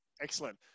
Excellent